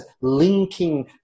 linking